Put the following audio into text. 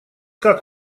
как